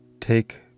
Take